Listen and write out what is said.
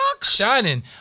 Shining